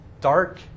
dark